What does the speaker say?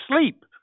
sleep